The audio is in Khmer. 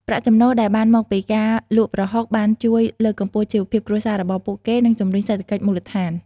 ប្រាក់ចំណូលដែលបានមកពីការលក់ប្រហុកបានជួយ លើកកម្ពស់ជីវភាព គ្រួសាររបស់ពួកគេ និងជំរុញសេដ្ឋកិច្ចមូលដ្ឋាន។